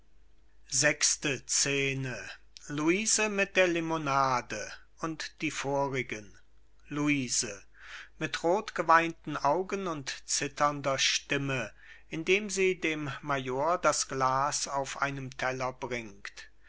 luise mit der limonade und die vorigen luise mit rotgeweinten augen und zitternder stimme indem sie dem major das glas auf einem teller bringt